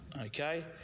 Okay